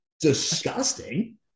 disgusting